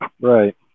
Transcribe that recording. right